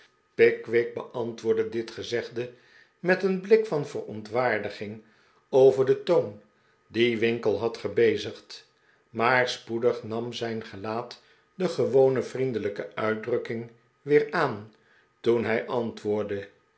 pickwick beantwoordde dit gezegde met een blik van verontwaardiging over den toon dien winkle had gebezigd maar spoedig nam zijn gelaat de gewone vriendelijke uitdrukking weer aan toen hij antwoordde